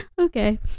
Okay